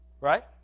Right